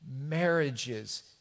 marriages